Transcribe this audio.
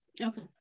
Okay